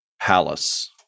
palace